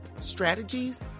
strategies